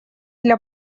для